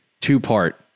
two-part